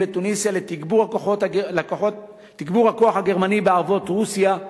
בתוניסיה לתגבור הכוח הגרמני בערבות רוסיה,